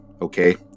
okay